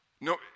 No